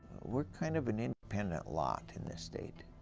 we're kind of an independent lot in this state.